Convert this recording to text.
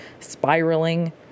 spiraling